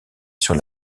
sur